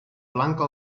blanca